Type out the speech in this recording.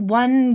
one